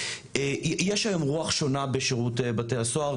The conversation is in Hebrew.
יש היום רוח שונה בשירות בתי הסוהר,